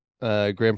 Grand